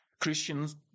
Christians